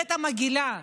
האמת מגעילה,